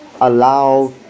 allow